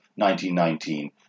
1919